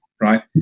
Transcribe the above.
right